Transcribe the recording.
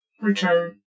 Return